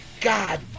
God